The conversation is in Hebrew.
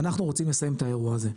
אנחנו רוצים לסיים את האירוע הזה,